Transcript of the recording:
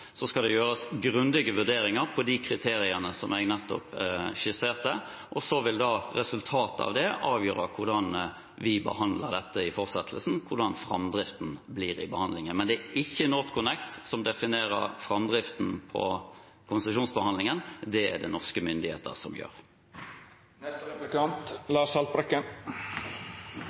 Så skal det gjøres grundige vurderinger ut fra de kriteriene som jeg nettopp skisserte, og resultatet av det vil da avgjøre hvordan vi behandler dette i fortsettelsen, hvordan framdriften blir i behandlingen. Men det er ikke NorthConnect som definerer framdriften på konsesjonsbehandlingen, det er det norske myndigheter som gjør.